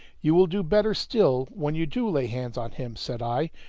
you will do better still when you do lay hands on him, said i,